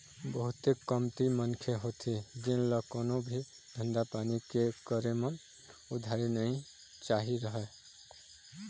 बहुते कमती मनखे होथे जेन ल कोनो भी धंधा पानी के करे म उधारी नइ चाही रहय